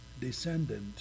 descendant